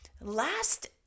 last